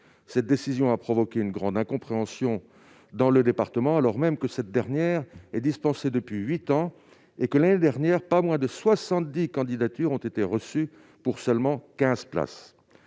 Cette décision a provoqué une grande incompréhension dans le département, alors que cette formation est dispensée depuis huit ans et que, l'année dernière, pas moins de 70 candidatures ont été reçues pour seulement 15 places.